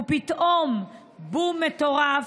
ופתאום בום מטורף,